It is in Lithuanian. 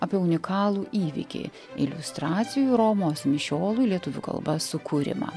apie unikalų įvykį iliustracijų romos mišiolui lietuvių kalba sukūrimą